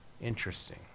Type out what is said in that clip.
Interesting